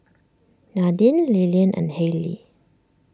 Nadine Lilian and Hailey